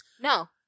No